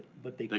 but they like